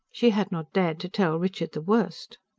she had not dared to tell richard the worst.